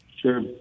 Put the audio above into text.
Sure